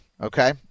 okay